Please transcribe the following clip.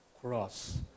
cross